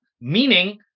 meaning